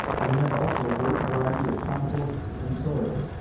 we have also great variety of composts and soils,